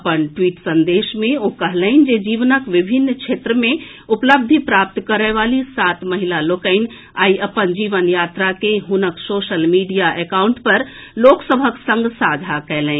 अपन ट्वीट संदेश मे ओ कहलनि जे जीवनक विभिन्न क्षेत्र मे उपलब्धि प्राप्त करए वाली सात महिला लोकनि आइ अपन जीवन यात्रा के हुनक सोशल मीडिया एकाउंट पर लोक सभक संग साझा कयलनि